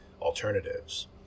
alternatives